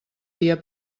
tia